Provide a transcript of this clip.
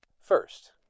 First